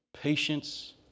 patience